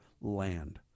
land